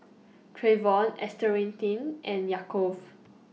Trayvon Earnestine and Yaakov